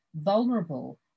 vulnerable